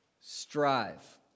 Strive